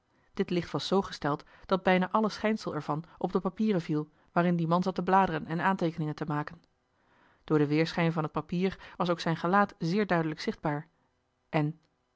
dit licht was zoo gesteld dat bijna alle schijnsel er van op de papieren viel waarin die man zat te bladeren en aanteekeningen te maken door den weerschijn van het papier was ook zijn gelaat zeer duidelijk zichtbaar en